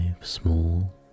small